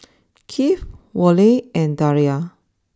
Kieth Worley and Daria